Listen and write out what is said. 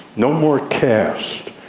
no more caste,